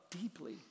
deeply